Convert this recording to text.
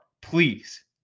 please